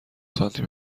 سانتی